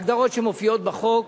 הגדרות שמופיעות בחוק,